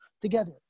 together